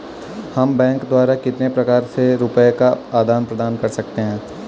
हम बैंक द्वारा कितने प्रकार से रुपये का आदान प्रदान कर सकते हैं?